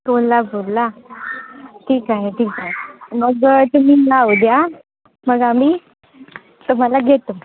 कोल्हापूरला ठीक आहे ठीक आहे मग तुम्ही नाव द्या मग आम्ही तुम्हाला घेतो